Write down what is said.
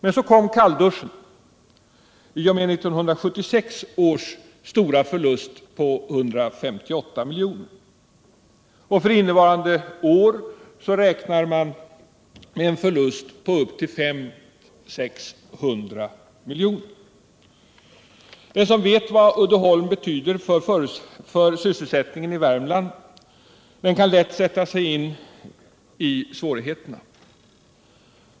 Men så kom kallduschen i och med 1976 års stora förlust på 158 milj.kr. Och för innevarande år räknar man med en förlust på upp till 500-600 milj.kr. Den som vet vad Uddeholm betyder för sysselsättningen i Värmland kan lätt sätta sig in i svårigheterna.